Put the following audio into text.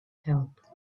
help